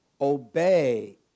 obey